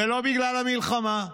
ולא בגלל המלחמה,